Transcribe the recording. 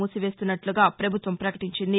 మూసివేస్తున్నట్లుగా పభుత్వం పకటించింది